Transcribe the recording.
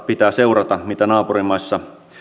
pitää seurata mitä naapurimaissa